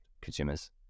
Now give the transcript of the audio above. consumers